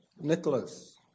Nicholas